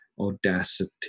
audacity